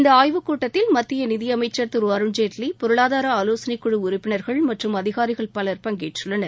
இந்த ஆய்வு கூட்டத்தில் மத்திய நிதியமைச்சர் திரு அருண்ஜெட்லி பொருளாதார ஆவோசனை குழு உறுப்பினர்கள் மற்றும் அதிகாரிகள் பலர் பங்கேற்றுள்ளனர்